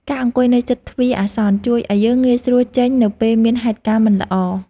ការអង្គុយនៅជិតទ្វារអាសន្ន ជួយឱ្យយើងងាយស្រួលចេញនៅពេលមានហេតុការណ៍មិនល្អ ។